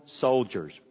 soldiers